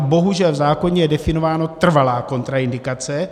Bohužel v zákoně je definováno trvalá kontraindikace.